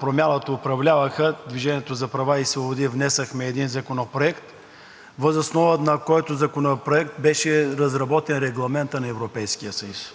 Промяната управляваха, „Движение за права и свободи“ внесохме един законопроект, въз основа на който законопроект, беше разработен регламентът на Европейския съюз.